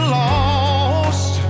lost